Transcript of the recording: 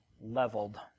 leveled